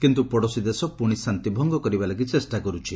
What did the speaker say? କିନ୍ତୁ ପଡ଼ୋଶୀ ଦେଶ ପୁଶି ଶାତ୍ତିଭଙ୍ଗ କରିବା ଲାଗି ଚେଷା କରୁଛି